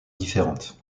différentes